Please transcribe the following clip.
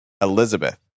Elizabeth